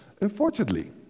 Unfortunately